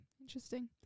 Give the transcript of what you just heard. interesting